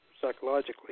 Psychologically